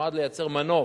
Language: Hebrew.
שנועד לייצר מנוף,